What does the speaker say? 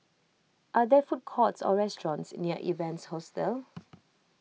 are there food courts or restaurants near Evans Hostel